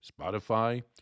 Spotify